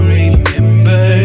remember